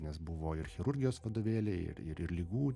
nes buvo ir chirurgijos vadovėliai ir ir ir ligų